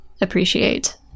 appreciate